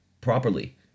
properly